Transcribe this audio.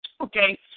okay